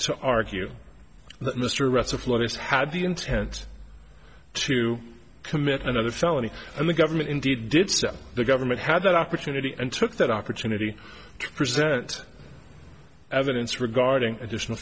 to argue that mr recipes had the intent to commit another felony and the government indeed did so the government had that opportunity and took that opportunity to present evidence regarding additional